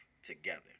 together